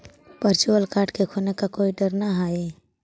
virtual card के खोने का कोई डर न हई